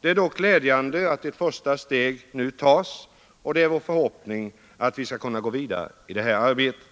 Det är dock glädjande att ett första steg nu "tas, och det är vår förhoppning att vi skall kunna gå vidare i det arbetet.